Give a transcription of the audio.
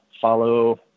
follow